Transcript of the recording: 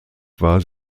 war